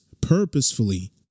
purposefully